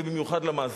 ובמיוחד למאזינות.